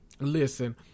listen